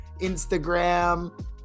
Instagram